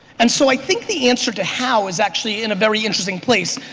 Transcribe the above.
and so i think the answer to how was actually in a very interesting place.